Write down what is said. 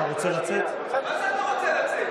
לא, אבל הוא, קריאה ראשונה.